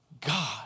God